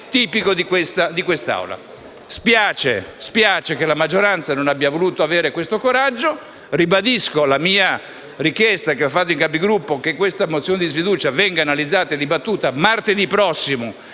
tipico di quest'Aula. Spiace che la maggioranza non abbia voluto avere questo coraggio. Ribadisco la mia richiesta, che ho già avanzato in Conferenza dei Capigruppo, che questa mozione di sfiducia venga analizzata e dibattuta martedì prossimo,